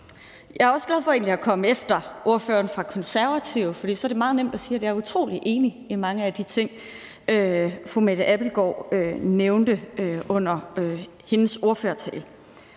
egentlig også glad for at komme efter ordføreren fra Konservative, for så er det meget nemt at sige, at jeg er utrolig enig i mange af de ting, fru Mette Abildgaard nævnte under sin ordførertale.